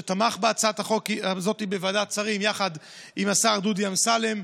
שתמך בהצעת החוק הזאת בוועדת שרים יחד עם השר דודי אמסלם,